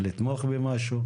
לתמוך במשהו?